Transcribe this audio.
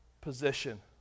position